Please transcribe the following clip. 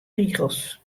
rigels